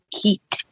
keep